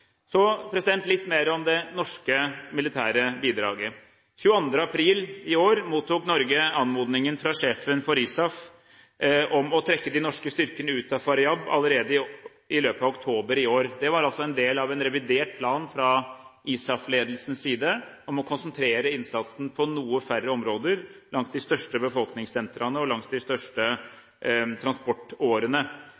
Så litt mer om det norske militære bidraget. Den 22. april i år mottok Norge anmodningen fra sjefen for ISAF om å trekke de norske styrkene ut av Faryab allerede i løpet av oktober i år. Det var en del av en revidert plan fra ISAF-ledelsens side om å konsentrere innsatsen på noen færre områder – langs de største befolkningssentrene og langs de største